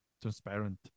transparent